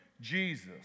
Jesus